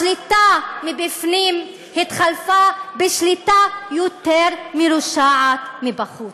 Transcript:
השליטה מבפנים התחלפה בשליטה יותר מרושעת מבחוץ.